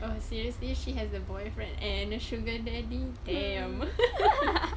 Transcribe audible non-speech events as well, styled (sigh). uh seriously she has a boyfriend and a sugar daddy damn (laughs)